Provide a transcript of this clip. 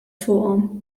fuqhom